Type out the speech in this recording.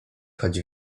choć